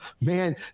Man